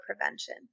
prevention